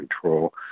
control